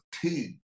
team